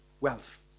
wealth